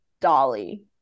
dolly